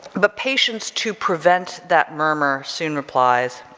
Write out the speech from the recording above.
but patience to prevent that murmur soon replies